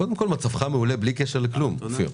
קודם כל, מצבך מעולה בלי קשר לכלום, אופיר.